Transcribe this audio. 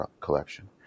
collection